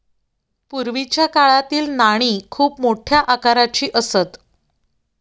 पूर्वीच्या काळातील नाणी खूप मोठ्या आकाराची असत